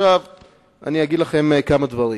עכשיו אני אגיד לכם כמה דברים.